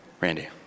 Randy